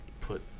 put